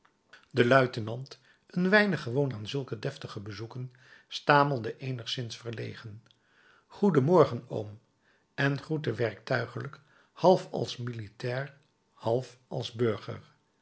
de luitenant weinig gewoon aan zulke deftige bezoeken stamelde eenigszins verlegen goeden morgen oom en groette werktuiglijk half als militair half als burger